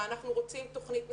אנחנו רוצים תוכנית מסודרת,